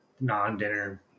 non-dinner